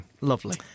Lovely